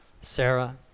Sarah